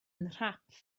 nhrap